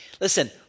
Listen